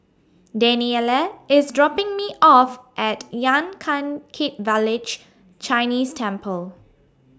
Dannielle IS dropping Me off At Yan Can Kit Village Chinese Temple